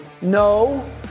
no